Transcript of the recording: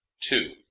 Two